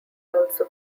also